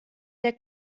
der